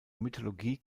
mythologie